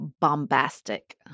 bombastic